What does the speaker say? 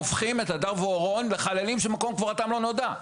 הופכים את הדר ואורון לחיילים שמקום קבורתם לא נודע.